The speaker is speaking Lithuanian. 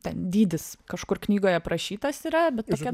ten dydis kažkur knygoj aprašytas yra bet tokia